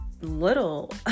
little